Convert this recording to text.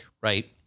right